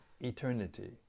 eternity